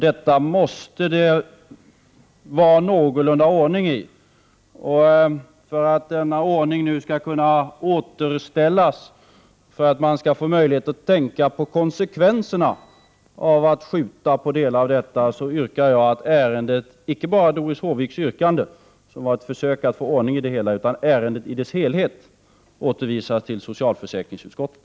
Det måste vara någon ordning, och för att denna ordning nu skall kunna återställas och för att man skall få möjlighet att tänka över konsekvenserna av att uppskjuta delar av detta, yrkar jag att ärendet — icke bara Doris Håviks yrkande, som var ett försök att skapa ordning i det hela — i dess helhet återförvisas till socialförsäkringsutskottet.